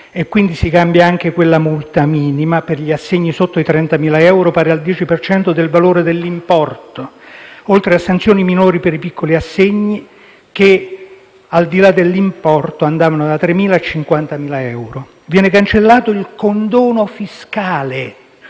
cittadini. Si cambia anche quella multa minima per gli assegni sotto i 30.000 euro, pari al 10 per cento del valore dell'importo, oltre a sanzioni minori per i piccoli assegni che, al di là dell'importo, andavano da 3.000 a 50.000 euro. Viene cancellato il condono fiscale.